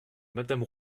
madame